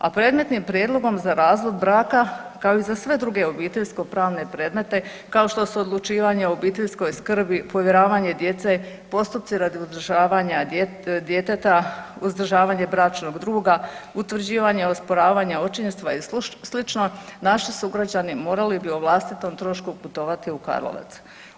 A predmetnim prijedlogom za razvod braka kao i za sve druge obiteljsko pravne predmete kao što odlučivanje o obiteljskoj skrbi, povjeravanje djece, postupci radi uzdržavanja djeteta, uzdržavanje bračnog druga, utvrđivanje osporavanja očinstva i slično naši sugrađani morali bi o vlastitom trošku putovati u Karlovac.